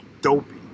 Dopey